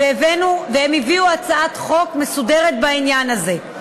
והביא הצעת חוק מסודרת בעניין הזה.